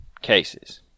cases